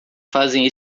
fazem